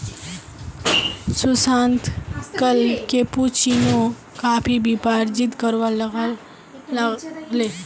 सुशांत कल cappuccino coffee पीबार जिद्द करवा लाग ले